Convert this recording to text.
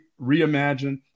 reimagine